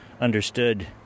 understood